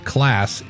Class